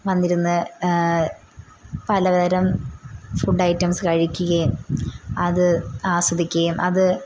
വന്നിരുന്നു പലതരം food items കഴിക്കുകയും അത് ആസ്വദിക്കയും അത്